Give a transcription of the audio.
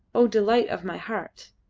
o delight of my heart!